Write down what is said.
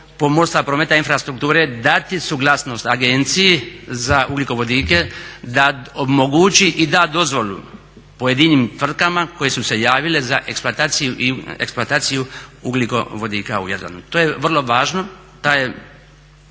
pomorstva, prometa i infrastrukture dati suglasnost agenciji za ugljikovodike da omogući i da dozvolu pojedinim tvrtkama koje su se javile za eksploataciju ugljikovodika u Jadranu. To je vrlo važno, ta je